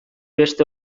beste